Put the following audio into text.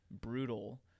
brutal